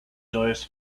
joyous